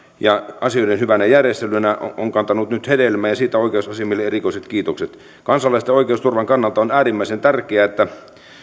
ja asioiden hyvällä järjestelyllä on kantanut nyt hedelmää ja siitä oikeusasiamiehelle erikoiset kiitokset kansalaisten oikeusturvan kannalta on äärimmäisen tärkeää että